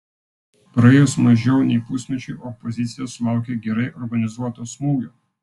praėjus mažiau nei pusmečiui opozicija sulaukė gerai organizuoto smūgio